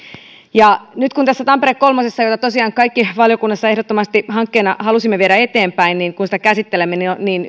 nyt kun tätä tampere kolmea jota tosiaan kaikki valiokunnassa ehdottomasti hankkeena halusimme viedä eteenpäin käsittelemme